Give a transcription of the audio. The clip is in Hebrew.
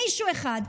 מישהו אחד.